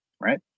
right